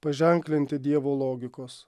paženklinti dievo logikos